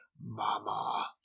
Mama